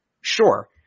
Sure